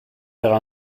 vers